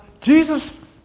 Jesus